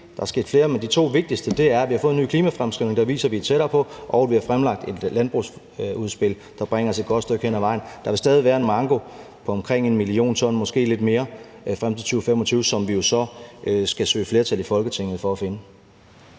men det her er de to vigtigste – er, at vi har fået en ny klimafremskrivning, der viser, at vi er tættere på, og at vi har fremlagt et landbrugsudspil, der bringer os et godt stykke hen ad vejen. Der vil stadig væk være en manko på omkring 1 mio. t og måske lidt mere frem til 2025, som vi jo så skal søge flertal i Folketinget for at finde.